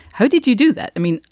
how did you do that? i mean,